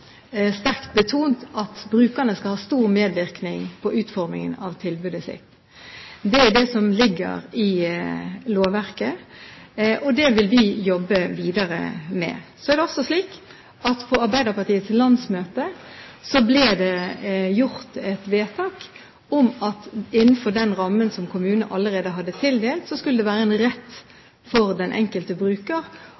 som ligger i lovverket. Det vil vi jobbe videre med. Så er det også slik at på Arbeiderpartiets landsmøte ble det gjort et vedtak om at innenfor den rammen som kommunene allerede har blitt tildelt, skal det være en rett